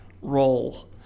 role